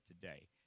today